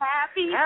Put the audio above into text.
Happy